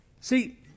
See